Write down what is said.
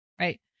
right